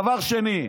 דבר שני,